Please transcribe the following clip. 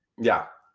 yeah.